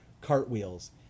cartwheels